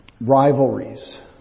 Rivalries